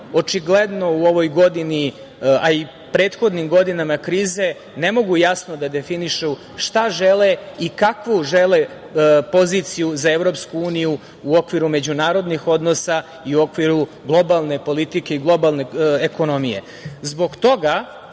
očigledno u ovoj godini, a i u prethodnim godinama krize ne mogu jasno da definišu šta žele i kakvu žele poziciju za EU u okviru međunarodnih odnosa i u okviru globalne politike i globalne ekonomije. Zbog toga,